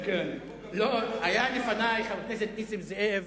היה לפני חבר הכנסת נסים זאב